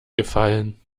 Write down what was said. gefallen